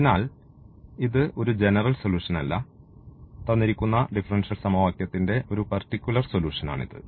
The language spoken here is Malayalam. അതിനാൽ ഇത് ഒരു ജനറൽ സൊലൂഷൻ അല്ല തന്നിരിക്കുന്ന ഡിഫറൻഷ്യൽ സമവാക്യത്തിന്റെ ഒരു പർട്ടിക്കുലർ സൊലൂഷൻ ആണിത്